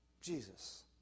Jesus